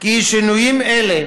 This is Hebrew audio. כי שינויים אלה